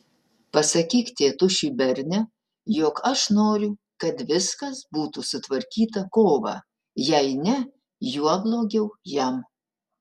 pasakyk tėtušiui berne jog aš noriu kad viskas būtų sutvarkyta kovą jei ne juo blogiau jam